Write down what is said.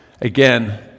again